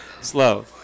Slow